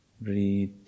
breathe